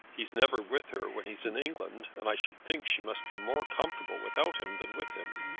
he's never with her when he's in england, and i should think she must be more comfortable without him than with him.